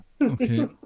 Okay